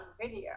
video